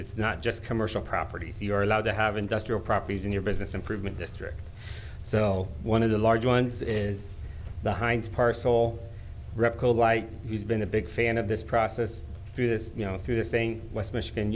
it's not just commercial properties you are allowed to have industrial properties in your business improvement district so one of the large ones is the heinz parcel repco like he's been a big fan of this process through this you know through this thing west michigan